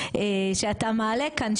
שאתה מעלה כאן,